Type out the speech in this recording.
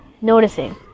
noticing